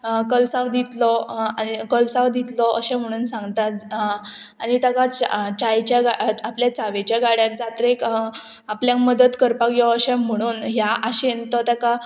कलसांव दितलो आनी कलसांव दितलो अशें म्हणून सांगता आनी ताका चा चायेच्या गा आपल्या चावेच्या गाड्याक जात्रेक आपल्याक मदत करपाक यो अशें म्हणून ह्या आशेन तो ताका